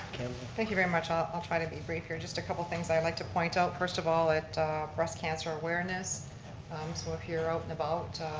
thank you very much i'll try and be brief here. just a couple things i'd like to point out. first of all at breast cancer awareness, this will appear out and about.